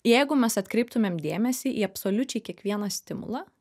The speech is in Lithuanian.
jeigu mes atkreiptumėm dėmesį į absoliučiai kiekvieną stimulą